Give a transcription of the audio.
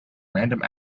random